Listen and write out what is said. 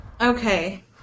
Okay